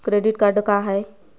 Credit card का हाय?